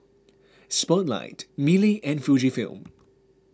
Spotlight Mili and Fujifilm